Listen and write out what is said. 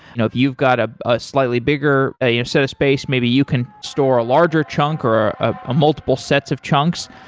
you know if you've got ah a slightly bigger ah you know set of space, maybe you can store a larger chunk or ah a multiple sets of chunks.